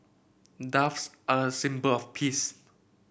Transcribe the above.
doves are a symbol of peace